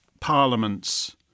parliaments